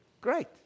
Great